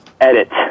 edit